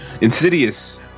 insidious